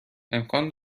امکان